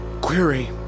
Query